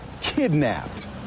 kidnapped